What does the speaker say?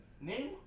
Name